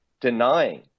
denying